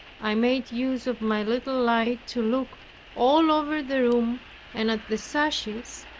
i made use of my little light to look all over the room and at the sashes,